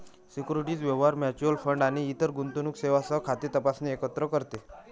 securities व्यवहार, mutual fund आणि इतर गुंतवणूक सेवांसह खाते तपासणे एकत्र करते